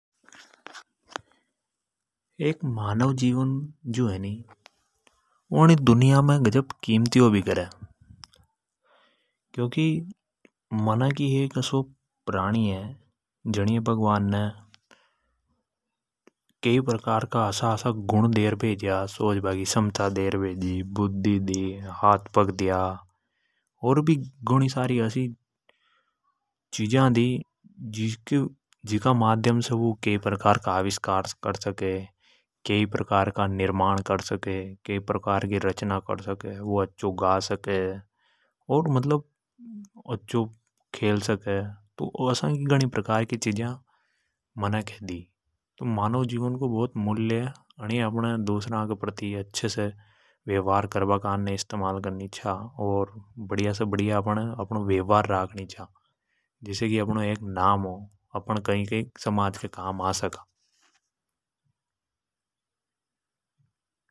एक मानव जीवन जो है नि वु दुनिया मे घ नो किमती हो बी करे। क्योंकि मनख ही एक अशो प्राणी है जीनेये भगवान ने असा असा गुण देर भेजा। सोचबा की क्षमता दी, बुद्दि दी, हाथ पग दया जीण से वु कई तरीका का आविष्कार कर सके। कई निर्माण कर सके, अच्छो गा सके, खेल सके और भी घणी सारी चिजा दी तो मानव जीवन है अपण अ दूसरा के प्रति अच्छे से वेवार करबा कान ने इस्तेमाल करणी चा। बड़िया से बड़िया अपनो वेवार राख नि चा जिसे की अपनो एक नाव हो अपण समाज के कई कई काम काम आ सका।